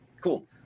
Cool